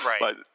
Right